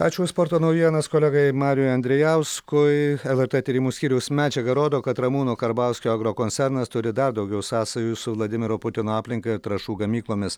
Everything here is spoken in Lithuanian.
ačiū už sporto naujienas kolegai mariui andrijauskui lrt tyrimų skyriaus medžiaga rodo kad ramūno karbauskio agrokoncernas turi dar daugiau sąsajų su vladimiro putino aplinka ir trąšų gamyklomis